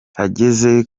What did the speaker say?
ageze